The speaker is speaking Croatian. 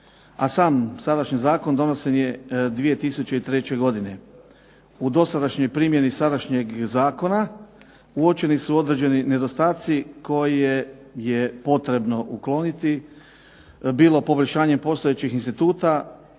a sam sadašnji zakon donesen je 2003. godine. U dosadašnjoj primjeni sadašnjeg zakona uočeni su određeni nedostaci koje je potrebno ukloniti, bilo poboljšanje postojećih instituta,